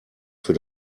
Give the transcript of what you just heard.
für